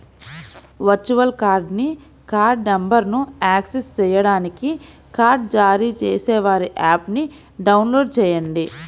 virtual కార్డ్ని card నంబర్ను access చేయడానికి కార్డ్ జారీ చేసేవారి యాప్ని డౌన్లోడ్ చేయండి